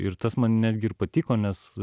ir tas man netgi ir patiko nes